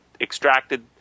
extracted